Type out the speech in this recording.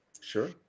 sure